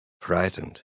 frightened